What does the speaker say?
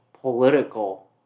political